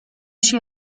she